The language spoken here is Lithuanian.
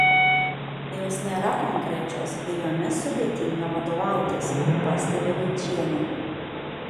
jos nėra konkrečios ir jomis sudėtinga vadovautis pastebi vaičienė